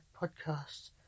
podcast